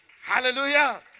Hallelujah